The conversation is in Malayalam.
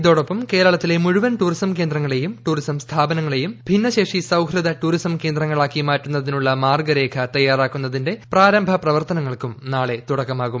ഇതോടൊപ്പം കേരളത്തിലെ മുഴുവൻ ടൂറിസം കേന്ദ്രങ്ങളേയും ടൂറിസം സ്ഥാപനങ്ങളേയും ഭിന്നശേഷി സൌഹൃദ ടൂറിസം കേന്ദ്രങ്ങൾ ആക്കി മാറ്റുന്നതിനുള്ള മാർഗരേഖ തയ്യാറാക്കുന്നതിന്റെ പ്രാരംഭ പ്രവർത്തനങ്ങൾക്കും നാളെ തുടക്കമാകും